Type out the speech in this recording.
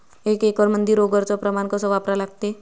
एक एकरमंदी रोगर च प्रमान कस वापरा लागते?